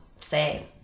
say